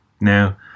Now